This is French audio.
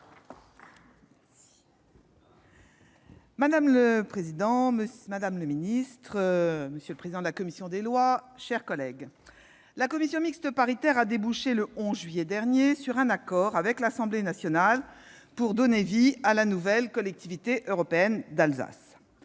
Madame la présidente, madame la ministre, mes chers collègues, la commission mixte paritaire a débouché, le 11 juillet dernier, sur un accord avec l'Assemblée nationale pour donner vie à la nouvelle Collectivité européenne d'Alsace.